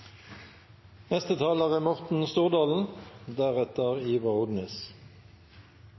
Neste talar er